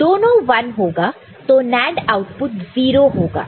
जब दोनों 1 होगा तो NAND आउटपुट 0 होगा